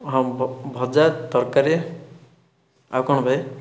ହଁ ଭଜା ତରକାରି ଆଉ କ'ଣ ଭାଇ